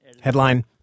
Headline